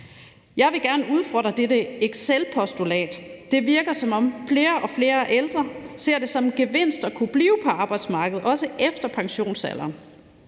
Jeg vil gerne udfordre dette excelpostulat. Det virker, som om flere og flere ældre ser det som en gevinst at kunne blive på arbejdsmarkedet også efter pensionsalderen.